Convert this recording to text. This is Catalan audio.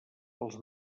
els